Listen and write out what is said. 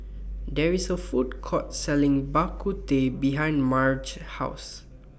There IS A Food Court Selling Bak Kut Teh behind Marge's House